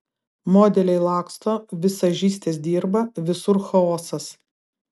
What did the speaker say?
modeliai laksto vizažistės dirba visur chaosas